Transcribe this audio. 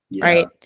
right